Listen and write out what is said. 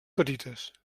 petites